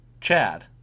Chad